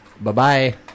Bye-bye